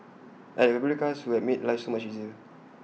I had A fabulous cast who had made life so much easier